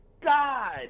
god